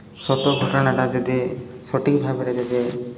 ସତ ଘଟଣାଟା ଯଦି ସଠିକ୍ ଭାବରେ ଯଦି